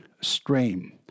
stream